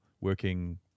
working